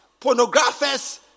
pornographers